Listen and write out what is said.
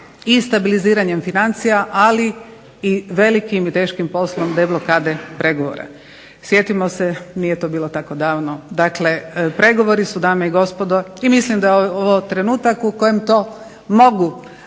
i stabiliziranjem financija ali i velikim i teškim poslom deblokade pregovora. Sjetimo se nije to bilo tako davno. Dakle, pregovori su dame i gospodo i mislim da je ovo trenutak u kojem to mogu